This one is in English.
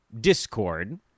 Discord